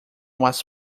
was